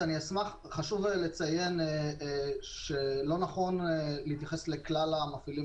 חשוב לציין שלא נכון להתייחס לכלל המפעילים